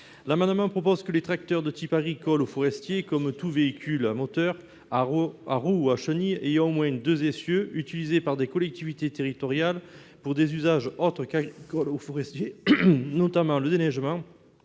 L'amendement a pour objet que les tracteurs de type agricole ou forestier, comme tout véhicule à moteur, à roues ou à chenilles ayant au moins deux essieux, utilisés par des collectivités territoriales pour des usages autres qu'agricoles ou forestiers, notamment le déneigement,